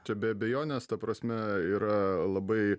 čia be abejonės ta prasme yra labai